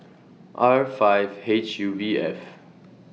R five H U V F